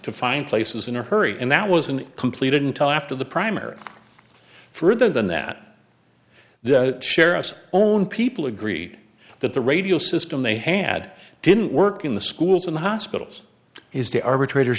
to find places in a hurry and that wasn't completed until after the primary further than that the sheriff's own people agreed that the radio system they had didn't work in the schools and hospitals is the arbitrator